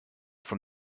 from